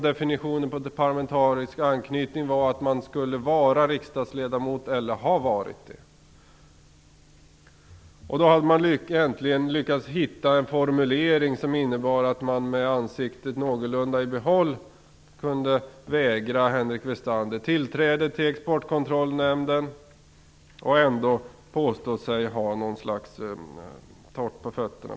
Definitionen på en parlamentarisk anknytning var att man skulle vara riksdagsledamot eller ha varit det. Då hade man äntligen lyckats hitta en formulering som innebar att man med ansiktet någorlunda i behåll kunde vägra Henrik Westander tillträde till Exportkontrollrådet och påstå att man hade torrt på fötterna.